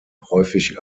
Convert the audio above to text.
häufig